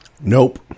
Nope